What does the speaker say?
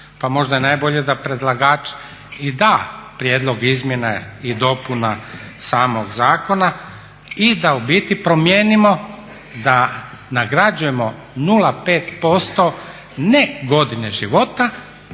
Pa možda je najbolje da predlagač i da prijedlog izmjena i dopuna samog zakona i da u biti promijenimo da nagrađujemo 0,5% ne godine života